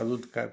अजून काय पण